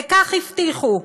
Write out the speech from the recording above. וכך הבטיחו: